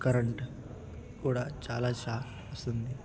current కూడా చాలా shock ఇస్తుంది